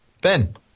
Ben